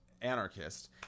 anarchist